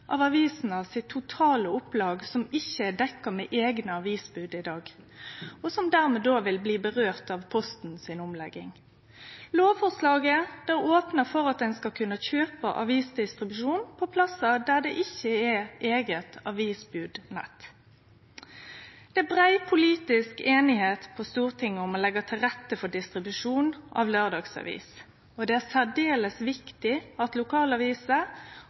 av det totale opplaget til avisene som ikkje er dekte med eigne avisbod, og som dermed vil bli råka av omlegginga i Posten. Lovforslaget opnar for at ein skal kunne kjøpe avisdistribusjon på plassar der det ikkje er eit eige avisbodnett. Det er brei politisk einighet på Stortinget om å leggje til rette for distribusjon av laurdagsaviser, og det er særs viktig at